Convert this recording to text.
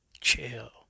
Chill